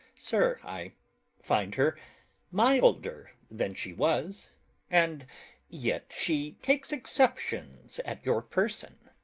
sir, i find her milder than she was and yet she takes exceptions at your person.